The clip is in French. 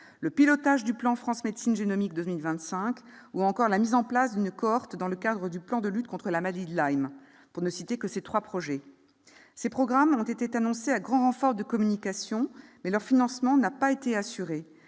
le pilotage du plan France Médecine Génomique 2025 ou encore la mise en place d'une cohorte dans le cadre du plan de lutte contre la maladie de Lyme- pour ne citer que ces trois exemples. Ces programmes ont été annoncés à grand renfort de communication, mais leur financement n'a pas été assuré